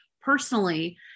personally